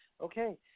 Okay